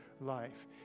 life